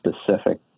specific